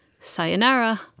sayonara